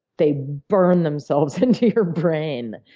they burn themselves into your brain,